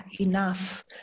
enough